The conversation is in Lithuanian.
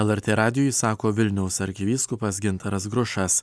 lrt radijui sako vilniaus arkivyskupas gintaras grušas